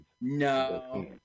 no